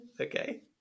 Okay